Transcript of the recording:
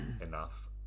enough